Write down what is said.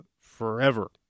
forever